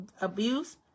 abuse